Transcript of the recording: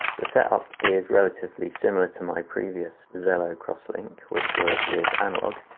the setup is relatively similar to my previous zello crosslink which was with analog.